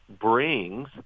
brings